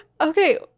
Okay